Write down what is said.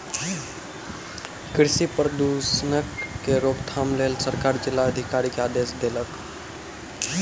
कृषि प्रदूषणक के रोकथाम के लेल सरकार जिला अधिकारी के आदेश देलक